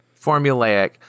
formulaic